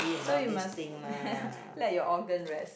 so you must let your organ rest